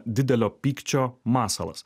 didelio pykčio masalas